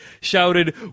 shouted